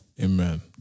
Amen